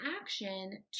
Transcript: action